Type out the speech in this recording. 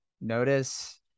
notice